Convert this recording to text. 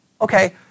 okay